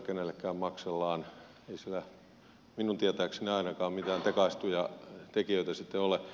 ei siellä minun tietääkseni ainakaan mitään tekaistuja tekijöitä ole